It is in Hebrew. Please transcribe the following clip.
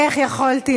איך יכולתי